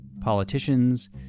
Politicians